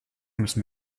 müssen